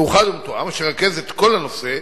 מאוחד ומתואם שירכז את כל הנושא,